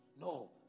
No